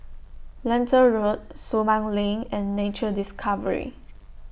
Lentor Road Sumang LINK and Nature Discovery